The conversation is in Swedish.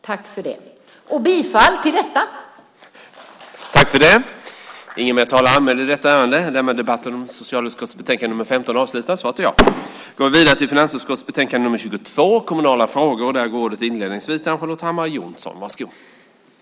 Jag yrkar bifall till utskottets förslag i betänkandet.